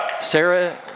Sarah